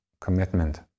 commitment